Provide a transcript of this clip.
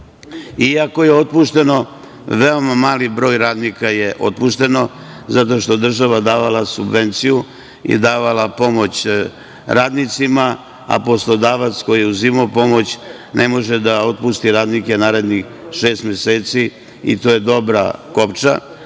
iako je otpušteno, veoma mali broj radnika je otpušteno, zato što je država davala subvenciju i davala pomoć radnicima, a poslodavac koji je uzimao pomoć ne može da otpusti radnike narednih šest meseci. I to je dobra kopča. Danas